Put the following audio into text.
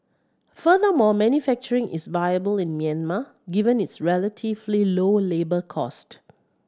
furthermore manufacturing is viable in Myanmar given its relatively low labour cost